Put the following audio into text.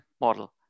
model